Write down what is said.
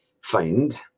find